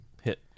hit